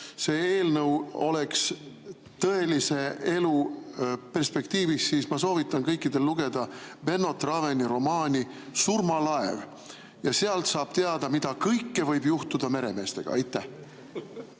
see eelnõu oleks [kantud] tõelise elu perspektiivist, siis ma soovitan kõikidel lugeda Bruno Traveni romaani "Surmalaev". Sealt saab teada, mida kõike võib juhtuda meremeestega. Mulle